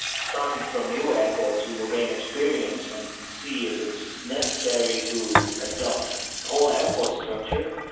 starting from new airports we will gain experience and see if it's necessary to adopt all airport structure.